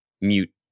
Mute